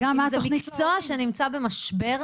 זה מקצוע שנמצא במשבר,